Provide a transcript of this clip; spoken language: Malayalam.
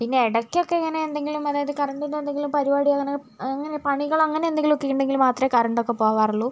പിന്നെ ഇടയ്ക്കൊക്കെ ഇങ്ങനെ എന്തെങ്കിലും അതായത് കറണ്ടിൻ്റെ എന്തെങ്കിലും പരിപാടികൾ അങ്ങനെ പണികൾ അങ്ങനെ എന്തെങ്കിലും ഒക്കെ ഉണ്ടെങ്കിൽ മാത്രമേ കറണ്ട് ഒക്കെ പോകാറുള്ളൂ